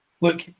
look